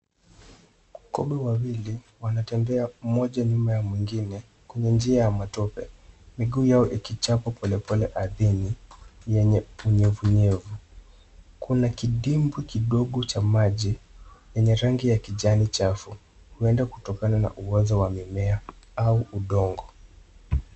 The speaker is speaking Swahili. Kobe wawili, wanatembea mmoja nyuma ya mwingine kwenye njia ya matope. Miguu yao ikichapa polepole ardhini yenye unyevunyevu. Kuna kidimbwi kidogo cha maji yenye rangi ya kijani chafu huenda kutokana na uwazo wa mimea au udongo.